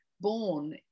born